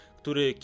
który